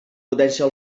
potència